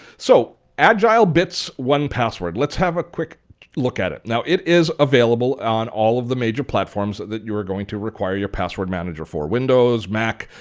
so agile bits one password, let's have a quick look at it. now it is available on all of the major platforms that you're going to require your password manager for, windows, mac,